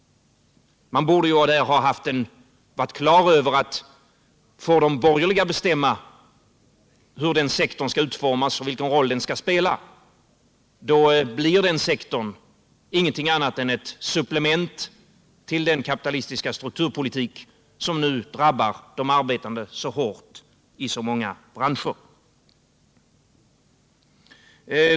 Man borde där ha varit klar över att om de borgerliga får bestämma hur den sektorn skall utformas och vilken roll den skall spela, då blir den sektorn inget annat än ett supplement till den kapitalistiska strukturpolitik som nu drabbar de arbetande så hårt i så många branscher.